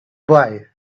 boy